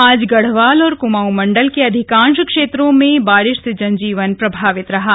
आज गढ़वाल और कुमाऊं मंडल के अधिकांश क्षेत्रों में बारिश से जनजीवन प्रभावित हुआ है